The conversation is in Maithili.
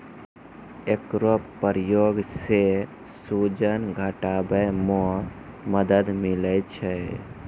एकरो प्रयोग सें सूजन घटावै म मदद मिलै छै